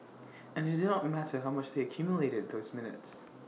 and IT did not matter how much they accumulated those minutes